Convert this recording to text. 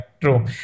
true